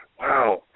Wow